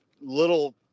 little